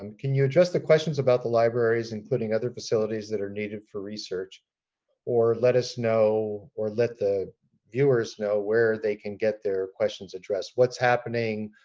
um can you address the questions about the libraries including other facilities that are needed for research or let us know or let the viewers know where they can get their questions addressed. what's happening,